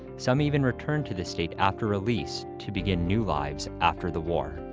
some even returned to the state after released to begin new lives after the war.